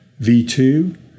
V2